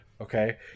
okay